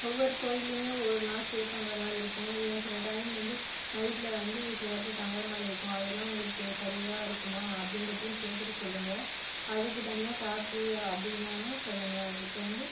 ஒவ்வொரு கோயிலியுமே ஒரு நாள் ஸ்டே பண்ற மாதிரி இருக்கும் ஏன் சில டைமில் வந்து நைட்டில் வந்து சில இடத்தில் தங்குகிற மாதிரி இருக்கும் அதலாம் உங்களுக்கு சரியாக இருக்குமா அப்படின்றதையும் சேர்த்துட்டு சொல்லுங்க அதுக்குத் தனியாக சார்ஜ்யா அப்படினாலும் சொல்லுங்க இப்போ வந்து